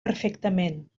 perfectament